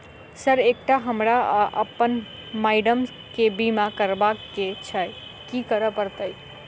Sir एकटा हमरा आ अप्पन माइडम केँ बीमा करबाक केँ छैय की करऽ परतै?